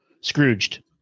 Scrooged